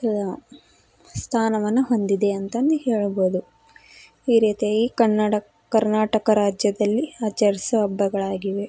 ಸ್ಥಾನವನ್ನು ಹೊಂದಿದೆ ಅಂತಂದು ಹೇಳ್ಬೋದು ಈ ರೀತಿಯಾಗಿ ಕನ್ನಡ ಕರ್ನಾಟಕ ರಾಜ್ಯದಲ್ಲಿ ಆಚರ್ಸುವ ಹಬ್ಬಗಳಾಗಿವೆ